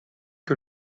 que